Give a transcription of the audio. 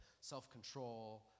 self-control